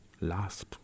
last